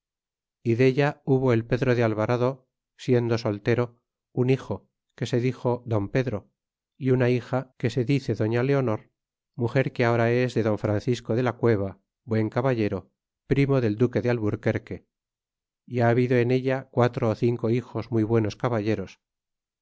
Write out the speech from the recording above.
y della hubo el pedro de alvarado siendo soltero un hijo que se dixo don pedro é una hija que se dice doña leonor muger que ahora es de don francisco de la cueva buen caballero primo del duque de alburquerque é ha habido en ella cuatro ó cinco hijos muy buenos caballeros